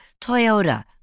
Toyota